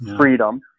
freedom